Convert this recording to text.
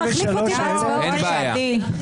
23,561 עד 23,580. מי בעד?